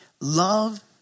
love